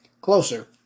closer